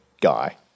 guy